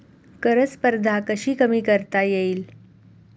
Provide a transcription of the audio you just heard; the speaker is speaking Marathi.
कर स्पर्धा कशी कमी करता येईल?